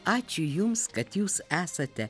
ačiū jums kad jūs esate